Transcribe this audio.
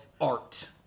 art